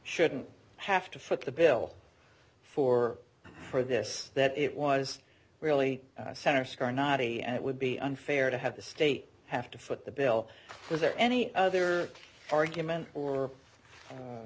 shouldn't have to foot the bill for for this that it was really a center scar ninety and it would be unfair to have the state have to foot the bill is there any other argument or